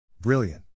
Brilliant